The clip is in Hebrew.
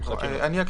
אנחנו מחכים לה.